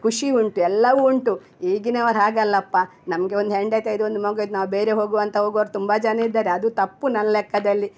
ಖುಷಿ ಉಂಟು ಎಲ್ಲವೂ ಉಂಟು ಈಗಿನವರು ಹಾಗೆ ಅಲ್ಲಪ್ಪ ನಮಗೆ ಒಂದು ಹೆಂಡತಿ ಆಯಿತು ಒಂದು ಮಗು ಆಯಿತು ನಾವು ಬೇರೆ ಹೋಗುವ ಅಂತ ಹೋಗುವವರು ತುಂಬ ಜನ ಇದ್ದಾರೆ ಅದು ತಪ್ಪು ನನ್ನ ಲೆಕ್ಕದಲ್ಲಿ